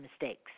mistakes